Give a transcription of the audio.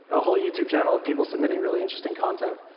a whole youtube channel of people submitting really interesting content.